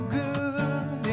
good